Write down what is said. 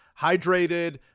hydrated